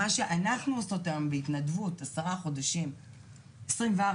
מה שאנחנו עושות בהתנדבות עשרה חודשים 24/7,